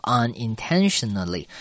unintentionally